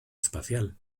espacial